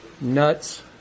Nuts